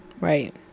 Right